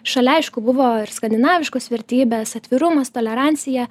šalia aišku buvo ir skandinaviškos vertybės atvirumas tolerancija